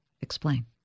Explain